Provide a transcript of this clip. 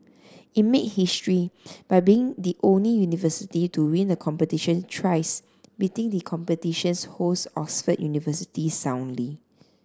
it made history by being the only university to win the competition thrice beating the competition's host Oxford University soundly